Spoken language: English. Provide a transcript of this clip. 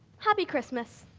happy christmas.